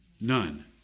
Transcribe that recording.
None